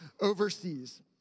overseas